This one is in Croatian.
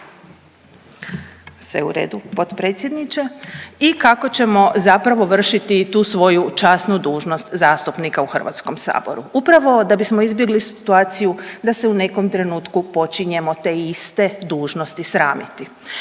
sve u redu potpredsjedniče, i kako ćemo zapravo vršiti tu svoju časnu dužnost zastupnika u HS, upravo da bismo izbjegli situaciju da se u nekom trenutku počinjemo te iste dužnosti sramiti.